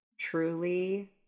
truly